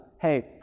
hey